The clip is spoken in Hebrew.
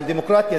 על דמוקרטיה,